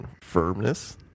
Firmness